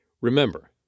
Remember